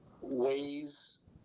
ways